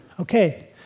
Okay